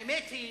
האמת היא